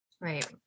Right